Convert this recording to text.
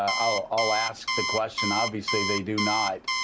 i'll ask the question. obviously, they do not.